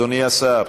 אדוני השר,